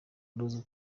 ruzwi